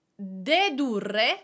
dedurre